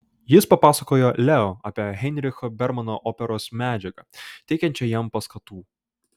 jis papasakojo leo apie heinricho bermano operos medžiagą teikiančią jam paskatų